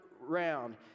round